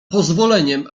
pozwoleniem